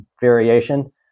variation